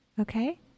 Okay